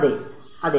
അതെ അതെ